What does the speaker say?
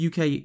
UK